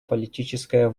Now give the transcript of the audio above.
политическая